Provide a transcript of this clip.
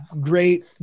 great